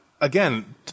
again